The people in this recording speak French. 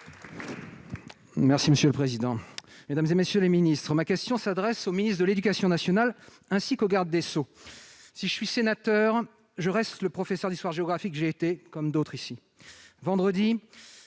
Paccaud, pour le groupe Les Républicains. Ma question s'adresse à M. le ministre de l'éducation nationale, ainsi qu'au garde des sceaux. Si je suis sénateur, je reste le professeur d'histoire-géographie que j'ai été, comme d'autres ici. Vendredi,